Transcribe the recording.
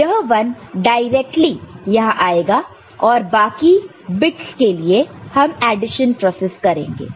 तो यह 1 डायरेक्टली यहां आएगा और बाकी बिट्स के लिए हम एडिशन प्रोसेस करेंगे